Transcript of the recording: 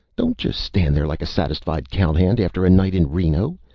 don't just stand there like a satisfied cowhand after a night in reno.